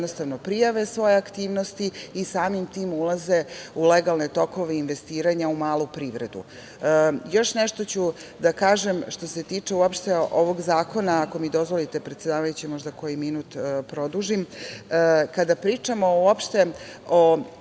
jednostavno prijave svoje aktivnosti i samim tim ulaze u legalne tokove investiranja u malu privredu. Još nešto ću da kažem, što se tiče uopšte ovog zakona, ako mi dozvolite, predsedavajući, možda koji minut produžim. Kada pričamo uopšte o